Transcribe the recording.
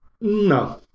No